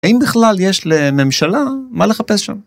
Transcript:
‫האם בכלל יש לממשלה מה לחפש שם?